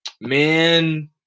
man